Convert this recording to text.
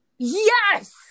Yes